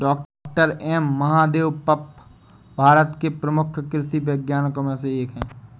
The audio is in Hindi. डॉक्टर एम महादेवप्पा भारत के प्रमुख कृषि वैज्ञानिकों में से एक हैं